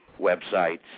websites